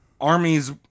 armies